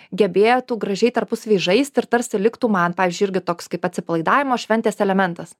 gebėtų gražiai tarpusavy žaisti ir tarsi liktų man pavyzdžiui irgi toks kaip atsipalaidavimo šventės elementas